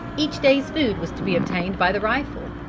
each day's food was to be obtained by the rifle.